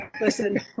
Listen